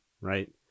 right